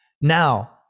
Now